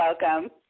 welcome